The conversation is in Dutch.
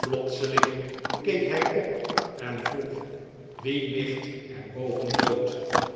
plotseling keek hij op en vroeg wie ligt er boven